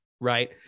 Right